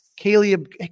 Caleb